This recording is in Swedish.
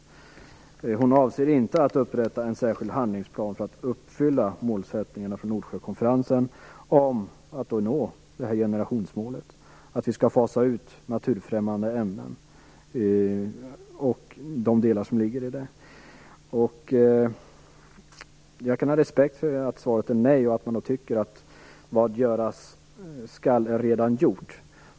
Ministern avser inte att upprätta en särskild handlingsplan för att uppfylla målsättningarna från Nordsjökonferensen i fråga om att nå generationsmålet och att fasa ut naturfrämmande ämnen och de delar som ligger däri. Jag kan ha respekt för att svaret är nej och för att man tycker att vad göras skall är redan gjort.